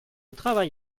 travail